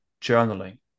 journaling